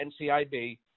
NCIB